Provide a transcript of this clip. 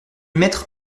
mettre